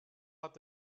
hat